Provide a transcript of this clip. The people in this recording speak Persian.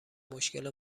مشکل